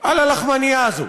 על הלחמנייה הזו.